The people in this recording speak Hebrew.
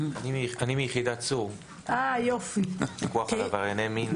מיחידת צור עברייני מין